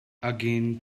again